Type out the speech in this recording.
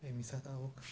اَمی ساتہٕ آوُکھ